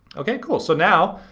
okay, cool. so now,